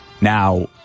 Now